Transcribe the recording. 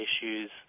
issues